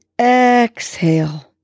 exhale